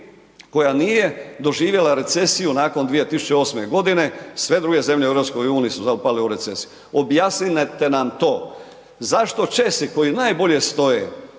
koja nije doživjela recesiju nakon 2008. g., sve druge zemlje u EU-u su upale u recesiju. Objasnite nam to. Zašto Česi koji najbolje stoje,